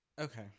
Okay